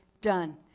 done